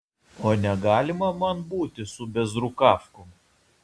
o negalima man būti su bėzrukavkom